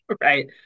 Right